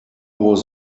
was